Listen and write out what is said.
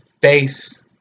face